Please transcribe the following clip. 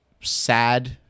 sad